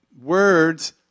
words